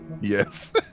Yes